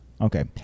Okay